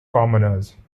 commoners